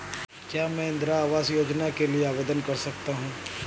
क्या मैं इंदिरा आवास योजना के लिए आवेदन कर सकता हूँ?